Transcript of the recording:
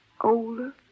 older